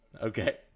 Okay